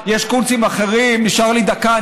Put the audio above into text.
הולכים לאבטחה במזרח ירושלים.